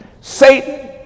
Satan